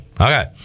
Okay